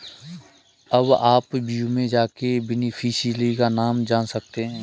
अब आप व्यू में जाके बेनिफिशियरी का नाम जान सकते है